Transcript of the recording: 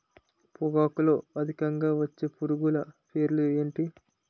పొగాకులో అధికంగా వచ్చే పురుగుల పేర్లు ఏంటి